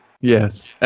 Yes